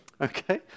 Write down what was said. Okay